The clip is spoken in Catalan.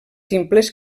simples